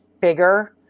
bigger